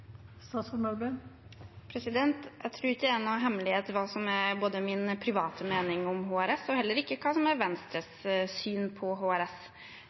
Jeg tror ikke det er noen hemmelighet hva som er min private mening om HRS, og heller ikke hva som er Venstres syn på HRS.